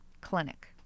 clinic